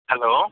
hello